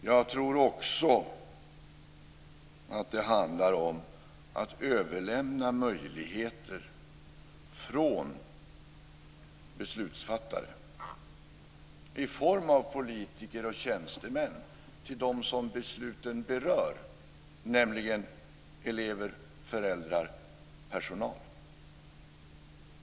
Jag tror också att det handlar om att överlämna möjligheter från beslutsfattare, i form av politiker och tjänstemän, till dem som besluten berör, nämligen elever, föräldrar och personal.